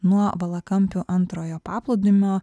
nuo valakampių antrojo paplūdimio